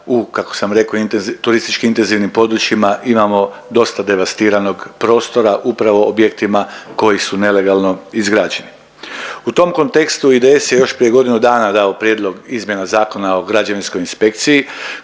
turistički intenzivnim područjima imamo dosta devastiranog prostora, upravo u objektima koji su nelegalno izgrađeni. U tom kontekstu IDS je još prije godinu dana dao prijedlog izmjena Zakona o građevinskoj inspekciji